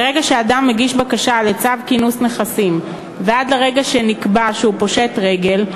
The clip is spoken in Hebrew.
מרגע שאדם מגיש בקשה לצו כינוס נכסים ועד לרגע שנקבע שהוא פושט רגל,